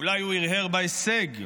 אולי הוא הרהר בהישג,